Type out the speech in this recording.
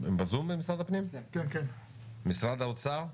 משרד האוצר?